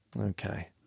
okay